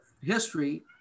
history